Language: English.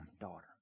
daughter